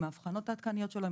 עם האבחנות העדכניות שלו,